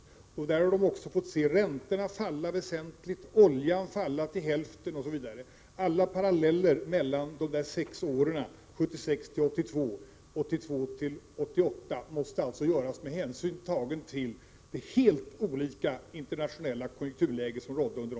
Under den tiden har vi också fått se räntorna falla väsentligt, oljan falla till hälften osv. Alla paralleller mellan sexårsperioderna 1976—1982 och 1982—1988 måste alltså göras med hänsyn tagen till de helt olika internationella konjunkturlägen som rådde.